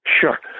Sure